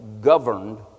governed